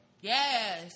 Yes